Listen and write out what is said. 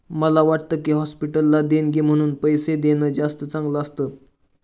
मला वाटतं की, हॉस्पिटलला देणगी म्हणून पैसे देणं जास्त चांगलं असतं